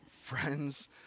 friends